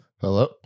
Hello